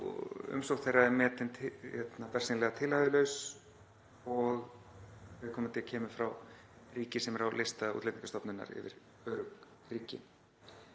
ef umsókn þeirra er metin bersýnilega tilhæfulaus og viðkomandi kemur frá ríki sem er á lista Útlendingastofnunar yfir örugg ríki.